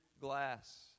glass